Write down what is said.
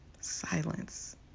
Silence